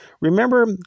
Remember